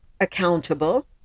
accountable